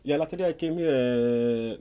ya last saturday I came here at